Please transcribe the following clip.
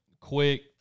quick –